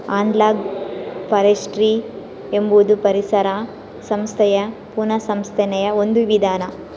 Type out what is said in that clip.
analogue forestry ಎಂಬುದು ಪರಿಸರ ವ್ಯವಸ್ಥೆಯ ಪುನಃಸ್ಥಾಪನೆಯ ಒಂದು ವಿಧಾನ